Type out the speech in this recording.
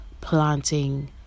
planting